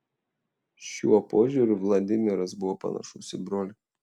šiuo požiūriu vladimiras buvo panašus į brolį